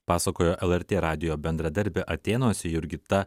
pasakojo lrt radijo bendradarbė atėnuose jurgita